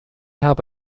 habe